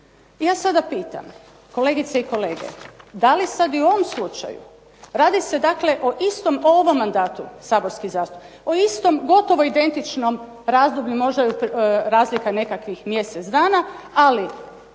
ja sada pitam kolegice i kolege, da li sad i u ovom slučaju radi se, dakle o istom ovom mandatu saborskih zastupnika, o istom gotovo identičnom razdoblju možda razlika nekakvih mjesec dana. Ali